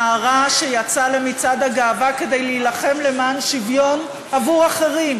נערה שיצאה למצעד הגאווה כדי להילחם למען שוויון עבור אחרים,